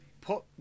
put